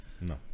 No